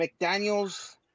McDaniels